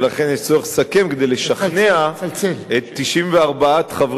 ולכן יש צורך לסכם כדי לשכנע את 94 חברי